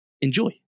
enjoy